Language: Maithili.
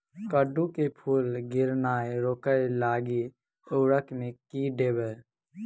कद्दू मे फूल गिरनाय रोकय लागि उर्वरक मे की देबै?